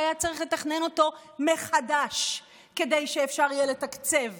שהיה צריך לתכנן אותו מחדש כדי שאפשר יהיה לתקצב